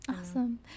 awesome